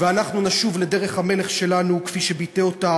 ואנחנו נשוב לדרך המלך שלנו, כפי שביטא אותה